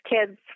kids